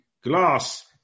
glass